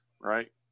right